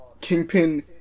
Kingpin